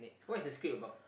what's the script about